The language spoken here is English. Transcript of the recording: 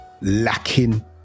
lacking